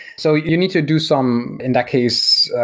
so you need to do some, in that case,